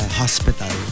hospital